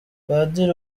padiri